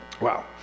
Wow